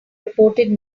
reported